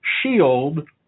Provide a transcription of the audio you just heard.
shield